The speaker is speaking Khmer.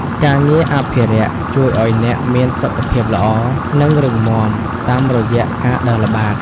ការងារអភិរក្សជួយឱ្យអ្នកមានសុខភាពល្អ និងរឹងមាំ តាមរយៈការដើរល្បាត។